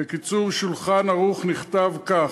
ב"קיצור שולחן ערוך" נכתב כך,